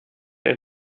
ein